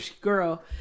girl